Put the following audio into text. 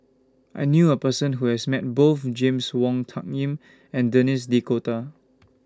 I knew A Person Who has Met Both James Wong Tuck Yim and Denis D'Cotta